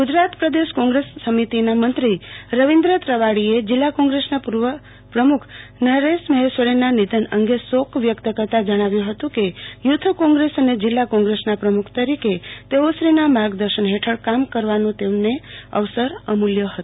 ગુજરાત પ્રદેશ કોંગ્રેસ સમિતિના મંત્રી રવિન્દ્ર ત્રવાડીએ જિલ્લા કોંગ્રેસના પૂર્વ પ્રમુખ નરેશ મહેશ્વરીના નિધન અંગે શોક વ્યક્ત કરતા જણાવ્યું હતું કે યુથ કોંગ્રેસ અને જિલ્લા કોંગ્રેસના પ્રમુખ તરીકે તેઓશ્રીના માર્ગદર્શન હેઠળ કામ કરવાનો અવસર અમૂલ્ય હતો